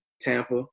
Tampa